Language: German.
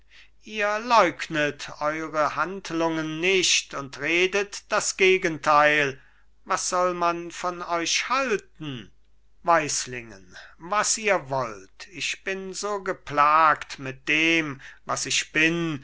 ihr leugnet eure handlungen nicht und redet das gegenteil was soll man von euch halten weislingen was ihr wollt ich bin so geplagt mit dem was ich bin